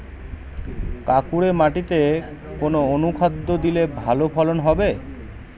কাঁকুরে মাটিতে কোন অনুখাদ্য দিলে ভালো ফলন হবে?